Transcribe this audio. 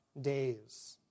days